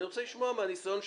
אני רוצה לשמוע מהניסיון שלך,